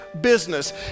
business